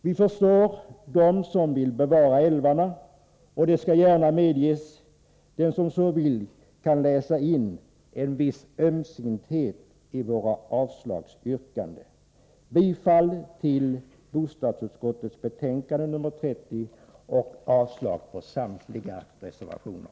Vi förstår dem som vill bevara älvarna, och det skall gärna medges att den som så vill kan läsa in en viss ömsinthet i våra avslagsyrkanden. Jag yrkar bifall till bostadsutskottets hemställan i betänkande nr 30 och avslag på samtliga reservationer.